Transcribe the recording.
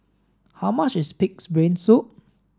how much is pig's brain soup